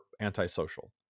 antisocial